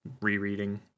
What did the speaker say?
rereading